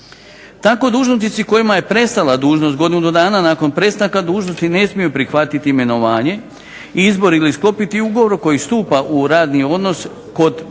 Tako dužnosnici kojima je prestala dužnost godinu dana nakon prestanka dužnosti ne smiju prihvatiti imenovanje i izbor ili sklopiti ugovor s kojim stupa u radni odnos kod pravne